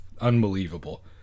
Unbelievable